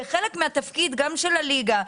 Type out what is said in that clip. חלק מהתפקיד גם של הליגה,